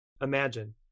Imagine